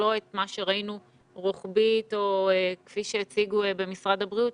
לא את מה שראינו רוחבית או כפי שהציגו במשרד הבריאות,